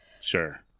Sure